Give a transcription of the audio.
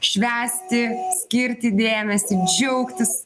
švęsti skirti dėmesį džiaugtis